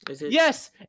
Yes